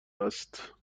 است